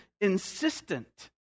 insistent